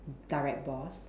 direct boss